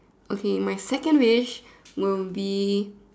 okay my second wish will be